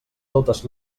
totes